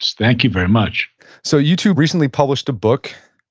thank you very much so you two recently published a book,